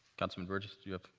councilman burgess? yeah